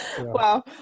Wow